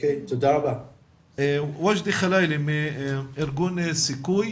וג'די חלאילה מארגון סיכוי